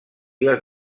les